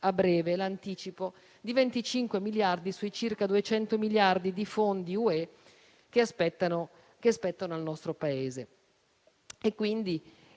a breve l'anticipo di 25 miliardi sui circa 200 miliardi di fondi UE che spettano al nostro Paese.